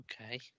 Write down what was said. okay